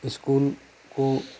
school ᱠᱚ